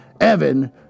Evan